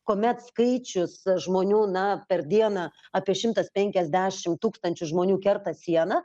kuomet skaičius žmonių na per dieną apie šimtas penkiasdešim tūkstančių žmonių kerta sieną